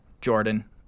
Jordan